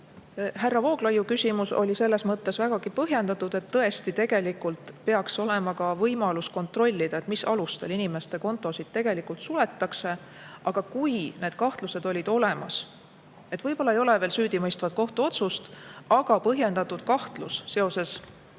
Härra Vooglaiu küsimus oli selles mõttes vägagi põhjendatud, et tõesti, tegelikult peaks olema ka võimalus kontrollida, mis alustel inimeste kontosid tegelikult suletakse. Aga kui need kahtlused on olemas – võib-olla ei ole veel süüdimõistvat kohtuotsust, aga põhjendatud kahtlus seoses